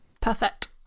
Perfect